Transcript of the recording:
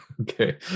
Okay